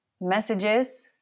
messages